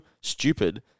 stupid